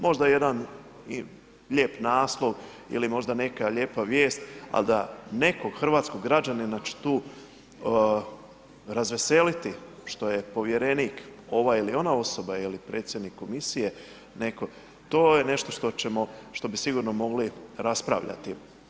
Možda jedan lijep naslov ili možda neka lijepa vijest, ali da neko hrvatskog građanina će tu razveseliti što je povjerenik ova ili ona osoba ili predsjednik komisije neko, to je nešto što bi sigurno mogli raspravljati.